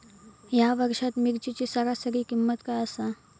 या वर्षात मिरचीची सरासरी किंमत काय आसा?